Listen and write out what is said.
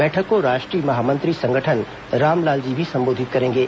बैठक को राष्ट्रीय महामंत्री संगठन रामलाल जी भी संबोधित करेंगे